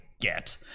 get